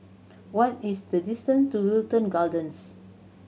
what is the distance to Wilton Gardens